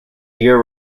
year